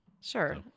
Sure